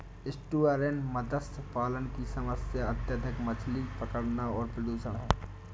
estuarine मत्स्य पालन की समस्या अत्यधिक मछली पकड़ना और प्रदूषण है